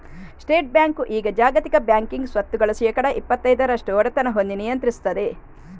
state bank ಈಗ ಜಾಗತಿಕ banking ಸ್ವತ್ತುಗಳ ಶೇಕಡಾ ಇಪ್ಪತೈದರಷ್ಟು ಒಡೆತನ ಹೊಂದಿ ನಿಯಂತ್ರಿಸ್ತದೆ